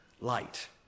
light